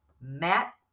matt